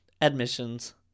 admissions